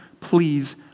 Please